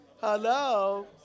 Hello